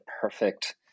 perfect